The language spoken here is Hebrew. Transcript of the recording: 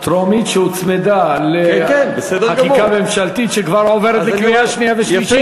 טרומית שהוצמדה לחקיקה ממשלתית שכבר עוברת לקריאה שנייה ושלישית.